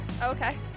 Okay